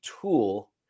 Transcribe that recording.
tool